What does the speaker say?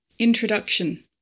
Introduction